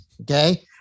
Okay